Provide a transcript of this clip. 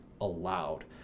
allowed